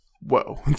Whoa